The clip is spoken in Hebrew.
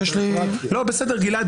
בסדר.